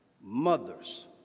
Mothers